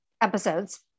episodes